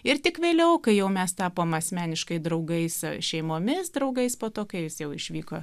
ir tik vėliau kai jau mes tapom asmeniškai draugais e šeimomis draugais po to kai jis jau išvyko